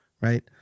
Right